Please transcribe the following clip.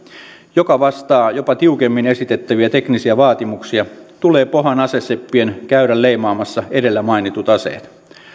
joka vastaa jopa tiukemmin esitettäviä teknisiä vaatimuksia tulee pohan aseseppien käydä leimaamassa edellä mainitut aseet